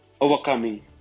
overcoming